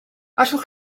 allech